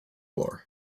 lore